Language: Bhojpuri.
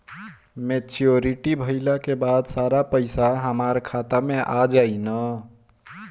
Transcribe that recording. मेच्योरिटी भईला के बाद सारा पईसा हमार खाता मे आ जाई न?